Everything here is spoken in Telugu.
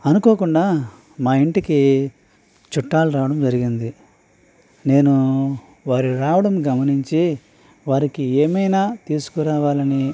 అనుకోకుండా మా ఇంటికి చుట్టాలు రావడం జరిగింది నేను వారు రావడం గమనించి వారికి ఏమైనా తీసుకురావాలని